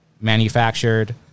manufactured